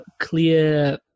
clear